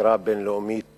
חקירה בין-לאומית